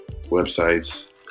websites